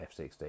f16